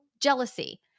jealousy